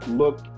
look